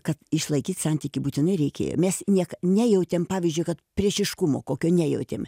kad išlaikyt santykį būtinai reikėjo mes nieką nejautėm pavyzdžiui kad priešiškumo kokio nejautėm